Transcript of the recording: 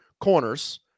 corners